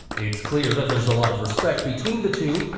it's clear that there's a lot of respect between the two,